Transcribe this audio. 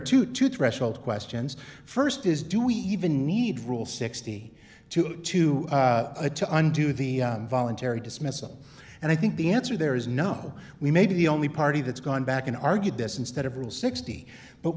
are twenty two threshold questions st is do we even need rule sixty two to a to undo the voluntary dismissal and i think the answer there is no we may be the only party that's gone back and argued this instead of rule sixty but